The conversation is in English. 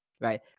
right